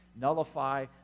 nullify